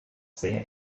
sehr